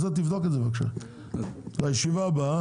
אני מבקש שתבדוק את זה עד הישיבה הבאה.